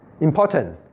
Important